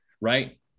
right